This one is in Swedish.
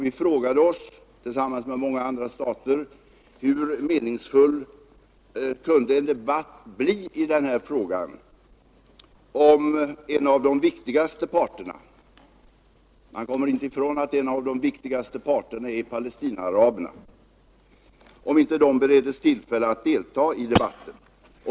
Vi frågade oss, tillsammans med många andra stater: Hur meningsfull kunde en debatt bli i denna fråga om en av de viktigaste parterna — man kan inte bortse ifrån att en av de viktigaste parterna är Palestinaaraberna — inte bereddes tillfälle att delta i debatten?